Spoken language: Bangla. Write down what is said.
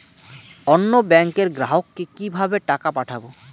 অন্য ব্যাংকের গ্রাহককে কিভাবে টাকা পাঠাবো?